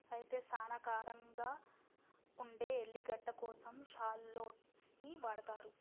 అయితే సానా కారంగా ఉండే ఎల్లిగడ్డ కోసం షాల్లోట్స్ ని వాడతారు